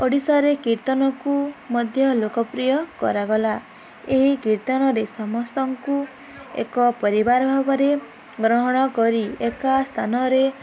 ଓଡ଼ିଶାରେ କୀର୍ତ୍ତନକୁ ମଧ୍ୟ ଲୋକପ୍ରିୟ କରାଗଲା ଏହି କୀର୍ତ୍ତନରେ ସମସ୍ତଙ୍କୁ ଏକ ପରିବାର ଭାବରେ ଗ୍ରହଣ କରି ଏକା ସ୍ଥାନରେ